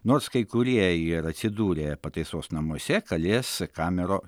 nors kai kurie ir atsidūrė pataisos namuose kalės kamero